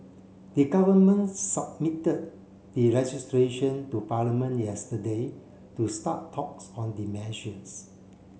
the government submitted the legislation to Parliament yesterday to start talks on the measures